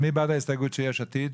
מי בעד ההסתייגויות של יש עתיד?